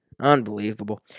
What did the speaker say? Unbelievable